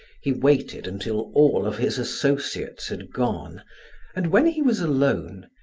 he waited until all of his associates had gone and when he was alone,